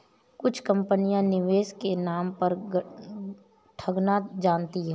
कुछ कंपनियां निवेश के नाम पर ठगना जानती हैं